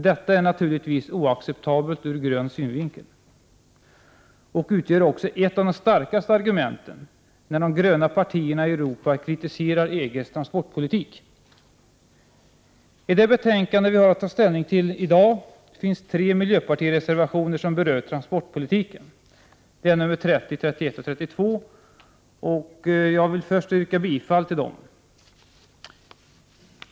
Detta är naturligtvis oacceptabelt ur grön synvinkel och utgör också ett av de starkaste argumenten när de gröna partierna i Europa kritiserar EG:s transportpolitik. I det betänkande vi har att ta ställning till i dag finns tre miljöpartireservationer som berör transportpolitiken. Det är nr 30, 31 och 32, som jag först vill yrka bifall till.